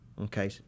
Okay